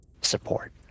support